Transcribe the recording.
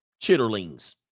Chitterlings